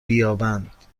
بیابند